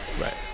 right